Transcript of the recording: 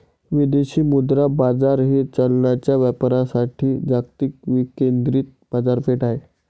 विदेशी मुद्रा बाजार हे चलनांच्या व्यापारासाठी जागतिक विकेंद्रित बाजारपेठ आहे